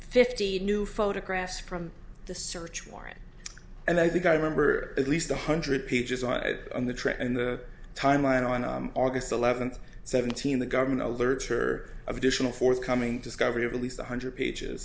fifty new photographs from the search warrant and i think i remember at least a hundred pages on the trip and the time line on august eleventh seventeen the government alerts her additional forthcoming discovery of at least one hundred pages